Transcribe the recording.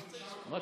אני